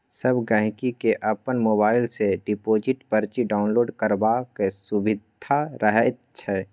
सब गहिंकी केँ अपन मोबाइल सँ डिपोजिट परची डाउनलोड करबाक सुभिता रहैत छै